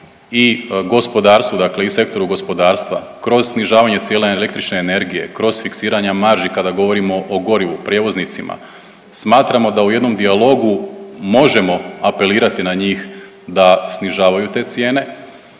i gospodarstvu dakle i sektoru gospodarstva kroz snižavanja cijene električne energije, kroz fiksiranja marži kada govorimo o gorivu, prijevoznicima, smatramo da u jednom dijalogu možemo apelirati na njih da snižavaju te cijene,